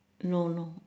no no